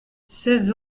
seize